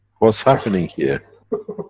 what's happening here?